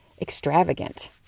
extravagant